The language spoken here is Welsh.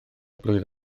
blwydd